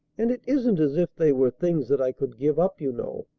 and it isn't as if they were things that i could give up, you know.